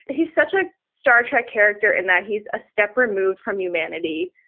he's such a star trek character in that he's a step removed from humanity.